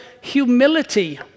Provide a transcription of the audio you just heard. humility